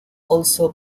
also